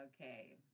Okay